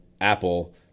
apple